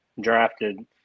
drafted